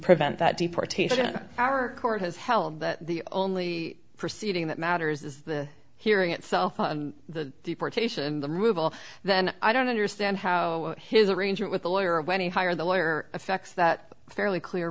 prevent that deportation our court has held that the only proceeding that matters is the hearing itself the deportation the ruble then i don't understand how his arrangement with the lawyer when he hired the lawyer affects that fairly clear